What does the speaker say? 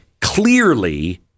clearly